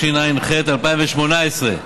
התשע"ח 2018,